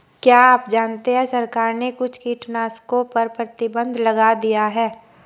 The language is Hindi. क्या आप जानते है सरकार ने कुछ कीटनाशकों पर प्रतिबंध लगा दिया है?